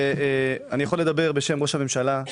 ואני יכול לדבר בשם ראש הממשלה,